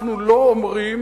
אנחנו לא אומרים: